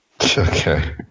Okay